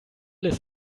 alles